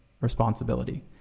responsibility